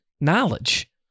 knowledge